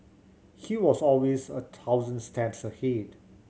he was always a thousand steps ahead